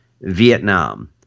Vietnam